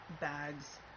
bags